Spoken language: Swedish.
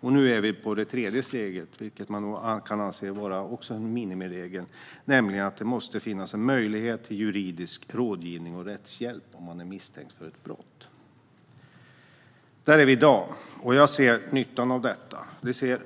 Nu är vi framme vid det tredje steget, vilket man kan anse också är en minimiregel: att det måste finnas en möjlighet till juridisk rådgivning och rättshjälp för den som är misstänkt för ett brott. Där är vi i dag, och jag ser nyttan av detta. Jag ser